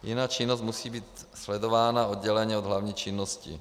Jiná činnost musí být sledována odděleně od hlavní činnosti.